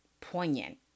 poignant